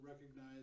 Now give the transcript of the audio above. recognize